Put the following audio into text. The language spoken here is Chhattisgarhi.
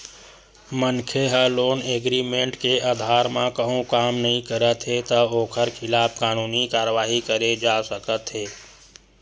मनखे ह लोन एग्रीमेंट के अधार म कहूँ काम नइ करत हे त ओखर खिलाफ कानूनी कारवाही करे जा सकत हे